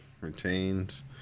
retains